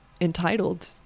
entitled